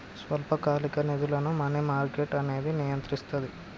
స్వల్పకాలిక నిధులను money market అనేది నియంత్రిస్తది